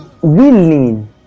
willing